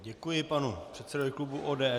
Děkuji panu předsedovi klubu ODS.